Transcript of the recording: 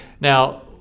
now